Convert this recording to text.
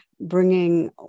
bringing